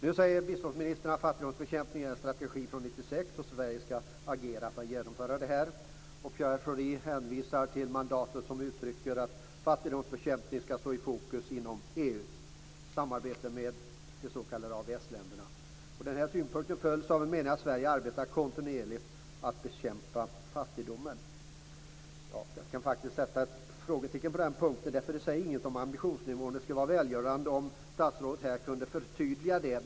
Nu säger biståndsministern att fattigdomsbekämpningen är en strategi från 1996 och att Sverige skall agera för att genomföra det här. Pierre Schori hänvisar till mandatet som uttrycker att fattigdomsbekämpning skall stå i fokus inom EU i samarbetet med de s.k. AVS-länderna. Den synpunkten följs av en mening om att Sverige arbetar kontinuerligt för att bekämpa fattigdomen. Jag kan faktiskt sätta ett frågetecken när det gäller den punkten eftersom det inte säger något om ambitionsnivån. Det skulle vara välgörande om statsrådet kunde förtydliga detta.